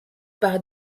par